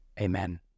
amen